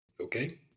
Okay